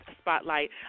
spotlight